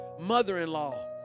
mother-in-law